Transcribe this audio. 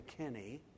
McKinney